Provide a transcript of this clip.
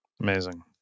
Amazing